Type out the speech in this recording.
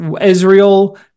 israel